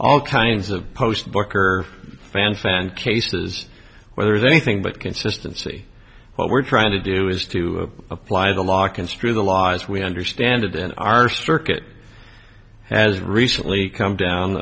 all kinds of post booker fanfan cases where there is anything but consistency what we're trying to do is to apply the law construe the law as we understand it in our circuit has recently come down